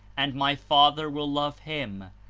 and my father will love him,